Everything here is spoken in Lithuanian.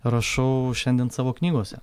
rašau šiandien savo knygose